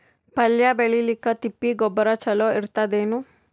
ಪಲ್ಯ ಬೇಳಿಲಿಕ್ಕೆ ತಿಪ್ಪಿ ಗೊಬ್ಬರ ಚಲೋ ಇರತದೇನು?